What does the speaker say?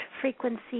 frequency